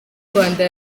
rwanda